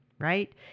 Right